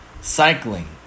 cycling